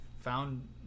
found